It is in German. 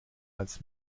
als